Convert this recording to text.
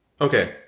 Okay